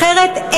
אחרת,